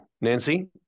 Nancy